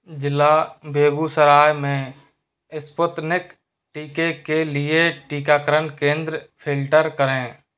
जिला बेगूसराय में इसपूतनिक टीके के लिए टीकाकरण केंद्र फ़िल्टर करें